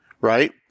right